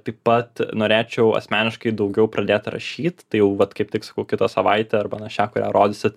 taip pat norėčiau asmeniškai daugiau pradėt rašyt tai jau vat kaip tik sakau kitą savaitę arba na šią kurią rodysit